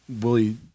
Willie